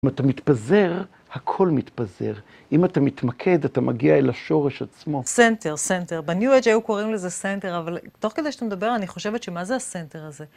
אם אתה מתפזר, הכל מתפזר. אם אתה מתמקד, אתה מגיע אל השורש עצמו. סנטר, סנטר. בניו-אדג' היו קוראים לזה סנטר, אבל תוך כדי שאתה מדבר, אני חושבת שמה זה הסנטר הזה?